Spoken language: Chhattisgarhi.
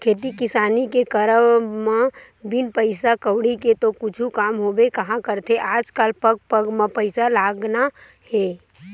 खेती किसानी के करब म बिन पइसा कउड़ी के तो कुछु काम होबे काँहा करथे आजकल पग पग म पइसा लगना हे